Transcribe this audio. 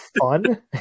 fun